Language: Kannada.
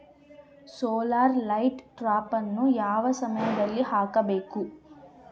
ಸೋಲಾರ್ ಲೈಟ್ ಟ್ರಾಪನ್ನು ಯಾವ ಸಮಯದಲ್ಲಿ ಹಾಕಬೇಕು?